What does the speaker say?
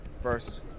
first